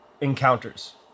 encounters